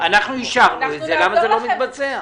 אנחנו אישרנו את זה, למה זה לא מתבצע?